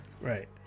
Right